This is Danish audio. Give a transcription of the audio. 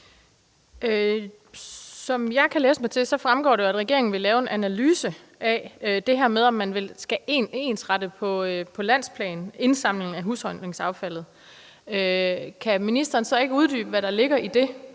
Som jeg kan læse mig til, fremgår det jo, at regeringen vil lave en analyse af det her med, om man på landsplan skal ensrette indsamlingen af husholdningsaffald. Kan ministeren så ikke uddybe, hvad der ligger i det,